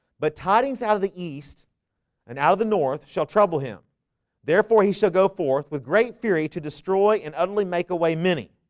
but tidings out of the east and out of the north shall trouble him therefore he shall go forth with great fury to destroy and utterly make away many